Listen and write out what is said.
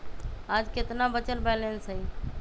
आज केतना बचल बैलेंस हई?